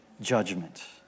judgment